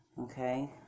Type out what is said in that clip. okay